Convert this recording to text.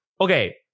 okay